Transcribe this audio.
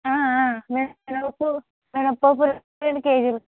పప్పు మినపప్పు రెండు కేజీలు